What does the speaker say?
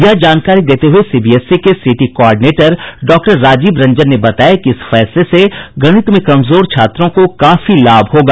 यह जानकारी देते हुए सीबीएसई के city coordinator doctor Rajiv Ranjan ने बताया कि इस निर्णय से गणित में कमजोर छात्रों को काफी लाभ होगा